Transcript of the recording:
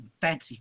fancy